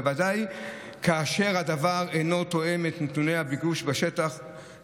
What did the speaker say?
בוודאי כאשר הדבר אינו תואם את נתוני הביקוש בשטח".